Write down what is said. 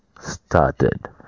started